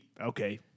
Okay